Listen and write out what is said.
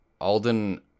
Alden